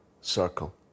circle